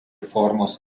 formos